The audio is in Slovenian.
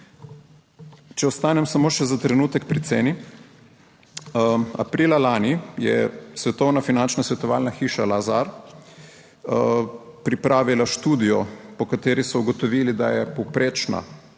Če ostanem samo še za trenutek pri ceni. Aprila lani je svetovna finančna svetovalna hiša Lazar pripravila študijo, po kateri so ugotovili, da je povprečna